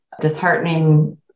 disheartening